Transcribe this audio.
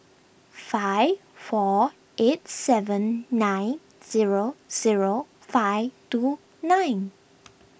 five four eight seven nine zero zero five two nine